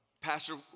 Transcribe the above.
Pastor